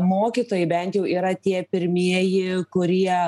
mokytojai bent jau yra tie pirmieji kurie